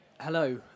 Hello